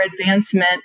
advancement